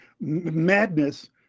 madness